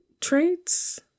traits